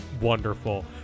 wonderful